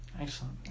Excellent